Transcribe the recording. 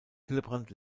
hillebrand